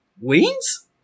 wings